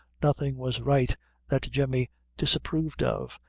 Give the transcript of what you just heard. nothing was right that jemmy disapproved of,